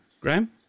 graham